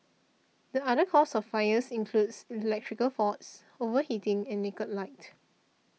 the other causes of fires includes electrical faults overheating and naked light